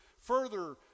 further